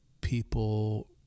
people